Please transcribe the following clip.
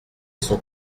son